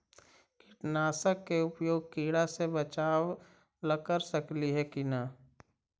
कीटनाशक के उपयोग किड़ा से बचाव ल कर सकली हे की न?